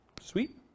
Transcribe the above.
Sweet